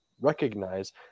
recognize